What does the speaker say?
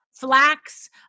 Flax